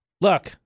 Look